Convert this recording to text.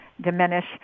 diminish